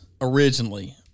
originally